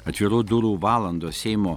atvirų durų valandos seimo